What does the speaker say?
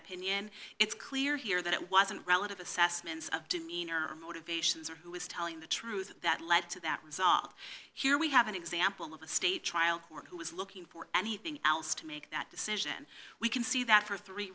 opinion it's clear here that it wasn't relative assessments of demeanor motivations or who is telling the truth that led to that result here we have an example of a state trial court who is looking for anything else to make that decision we can see that for three